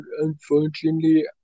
unfortunately